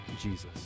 Jesus